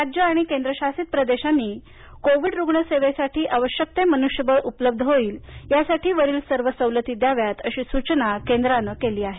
राज्य आणि केंद्रशासित प्रदेशांनी कोविड रुग्णसेवेसाठी आवश्यक ते मनुष्यबळ उपलब्ध होईल यासाठी वरील सर्व सवलती द्याव्यात अशी सूचना केंद्रानं केली आहे